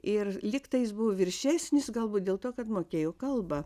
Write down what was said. ir lygtais buvo viršesnis galbūt dėl to kad mokėjo kalbą